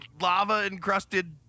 lava-encrusted